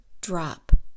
drop